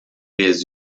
les